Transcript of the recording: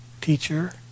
teacher